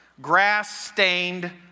grass-stained